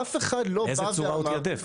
אף אחד לא בא ואמר --- באיזו צורה הוא תיעדף,